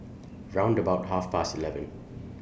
round about Half Past eleven